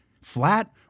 Flat